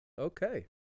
Okay